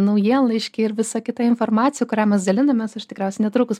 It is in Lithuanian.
naujienlaiškiai ir visą kitą informaciją kurią mes dalinamės aš tikriausiai netrukus